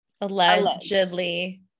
allegedly